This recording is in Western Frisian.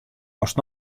ast